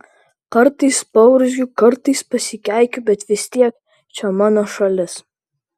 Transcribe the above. kartais paurzgiu kartais pasikeikiu bet vis tiek čia mano šalis